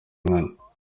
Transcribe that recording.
nkana